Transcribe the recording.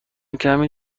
کمی